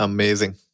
Amazing